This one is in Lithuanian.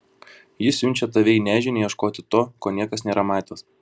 ji siunčia tave į nežinią ieškoti to ko niekas nėra matęs